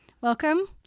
welcome